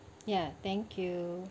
ya thank you